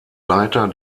leiter